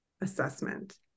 assessment